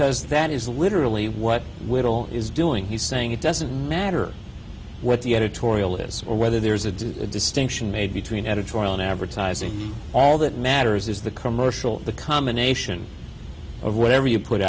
because that is literally what little is doing he's saying it doesn't matter what the editorial is or whether there's a distinction made between editorial and advertising all that matters is the commercial the combination of whatever you put